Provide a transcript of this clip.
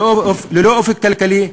ללא אופק כלכלי,